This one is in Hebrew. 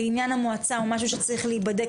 לעניין המועצה הוא משהו שצריך להיבדק,